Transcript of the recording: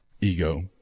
ego